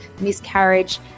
miscarriage